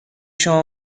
شما